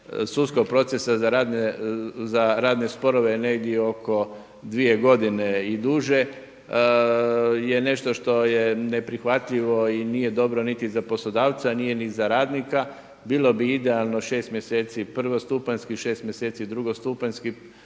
sudskog procesa za radne sporove je negdje 2 godine i duže, je nešto što je neprihvatljivo i nije dobro niti za poslodavca a nije ni za radnika, bilo bi idealno 6 mjeseci prvostupanjski, 6 mjeseci drugostupanjski